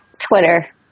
Twitter